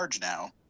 now